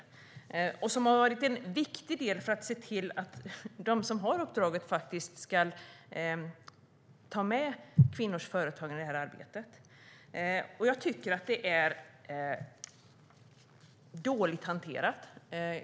Det är föreningar som har varit en viktig del i att se till att de som har uppdraget faktiskt tar med kvinnors företagande i arbetet. Jag tycker att det är dåligt hanterat.